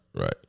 Right